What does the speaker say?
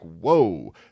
whoa